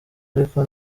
ariko